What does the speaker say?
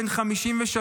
בן 53,